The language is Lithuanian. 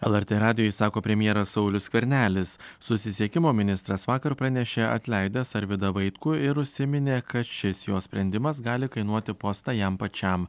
lrt radijui sako premjeras saulius skvernelis susisiekimo ministras vakar pranešė atleidęs arvydą vaitkų ir užsiminė kad šis jo sprendimas gali kainuoti postą jam pačiam